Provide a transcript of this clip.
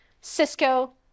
Cisco